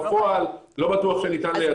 בפועל לא בטוח שניתן ליישם את זה.